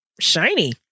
Shiny